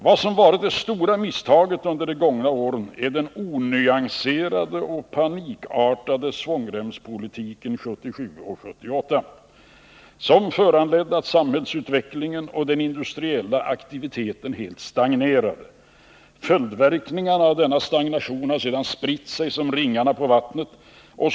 Vad som varit det stora misstaget under de gångna åren är den onyanserade och panikartade svångremspolitiken 1977 och 1978, som föranledde att samhällsutvecklingen och den industriella aktiviteten helt stagnerade. Följdverkningarna av denna stagnation har sedan spritt sig som ringarna på vattnet.